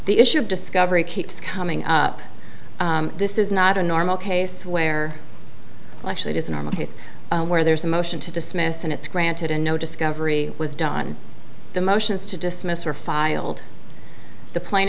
the issue of discovery keeps coming up this is not a normal case where actually it is a normal case where there is a motion to dismiss and it's granted in no discovery was done the motions to dismiss are filed the pla